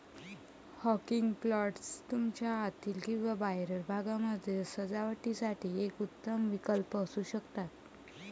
hanging planters तुमच्या आतील किंवा बाहेरील भागामध्ये सजावटीसाठी एक उत्तम विकल्प असू शकतात